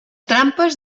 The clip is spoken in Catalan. trampes